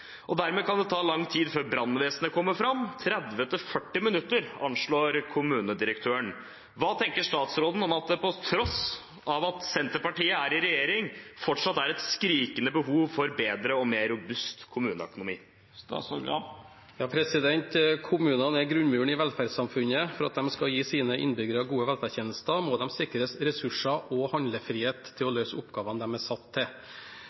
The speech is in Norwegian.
Dermed kan det ta lang tid før brannvesenet kommer fram: 30–40 minutter, anslår kommunedirektøren. Hva tenker statsråden om at det på tross av at Senterpartiet er i regjering, fortsatt er et skrikende behov for bedre og mer robust kommuneøkonomi?» Kommunene er grunnmuren i velferdssamfunnet. For at de skal gi sine innbyggere gode velferdstjenester, må de sikres ressurser og handlefrihet til å løse oppgavene de er satt til.